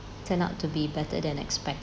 turn out to be better than expected